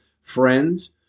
friends